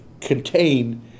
contain